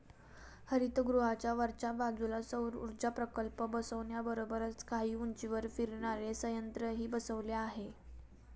हरितगृहाच्या वरच्या बाजूला सौरऊर्जा प्रकल्प बसवण्याबरोबरच काही उंचीवर फिरणारे संयंत्रही बसवले जातात